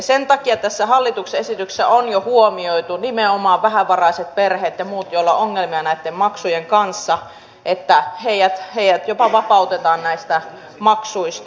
sen takia tässä hallituksen esityksessä on jo huomioitu nimenomaan vähävaraiset perheet ja muut joilla on ongelmia näitten maksujen kanssa että heidät jopa vapautetaan näistä maksuista